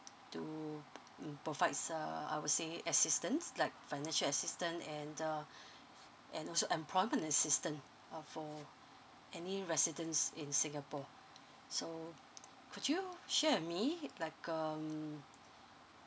to mm provides uh I would say assistance like financial assistance and uh and also employment assistance of uh any residents in singapore so could you share with me like um